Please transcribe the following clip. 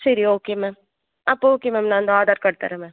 சரி okay ma'am அப்போ okay ma'am நான் இந்த ஆர்டர் எடுத்துடுறேன் மேம்